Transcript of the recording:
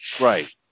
right